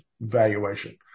valuation